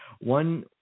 one